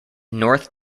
north